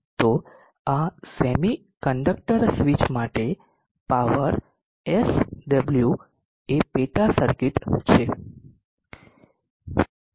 તો આ semiconductor switch માટે પાવર SW એ પેટા સર્કિટ છે